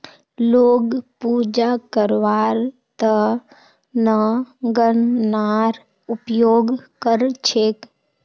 लोग पूजा करवार त न गननार उपयोग कर छेक